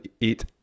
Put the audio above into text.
eat